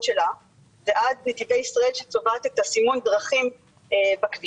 שלה ועד נתיבי ישראל שצובעת את סימון הדרכים בכבישים.